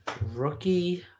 Rookie